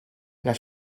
las